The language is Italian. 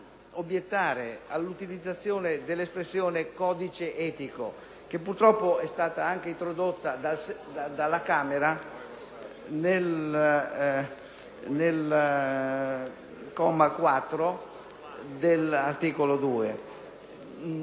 obiettare all’utilizzazione dell’espressione «codice etico», che purtroppo estata anche introdotta dalla Camera nel comma 4 dell’articolo 2.